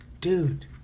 Dude